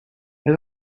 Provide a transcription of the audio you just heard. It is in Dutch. het